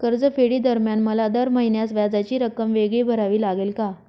कर्जफेडीदरम्यान मला दर महिन्यास व्याजाची रक्कम वेगळी भरावी लागेल का?